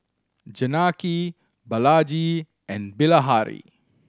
Janaki Balaji and Bilahari